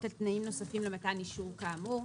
על תנאים נוספים למתן אישור כאמור.